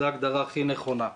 זו הדוגמה הכי נכונה.